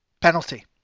Penalty